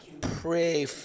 pray